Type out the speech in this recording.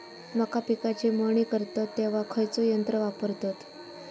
मका पिकाची मळणी करतत तेव्हा खैयचो यंत्र वापरतत?